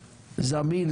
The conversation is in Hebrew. זמין,